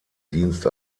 dienst